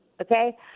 okay